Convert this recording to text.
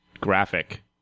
graphic